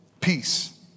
peace